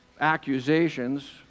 accusations